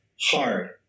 hard